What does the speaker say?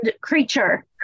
creature